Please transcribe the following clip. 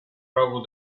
troubled